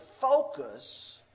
focus